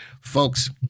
Folks